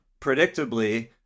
predictably